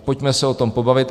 Pojďme se o tom pobavit!